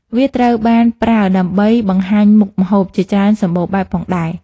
វាត្រូវបានប្រើដើម្បីបង្ហាញមុខម្ហូបជាច្រើនសម្បូរបែបផងដែរ។